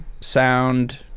sound